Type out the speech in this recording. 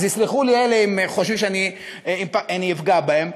ויסלחו לי אלה החושבים שאני פוגע בהם,